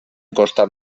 costat